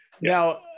now